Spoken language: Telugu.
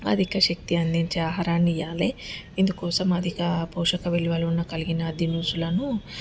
అధిక శక్తి అందించే ఆహారాన్ని ఇవ్వాలి ఇందుకోసం అధిక పోషక విలువలు ఉన్న కలిగిన దినుసులను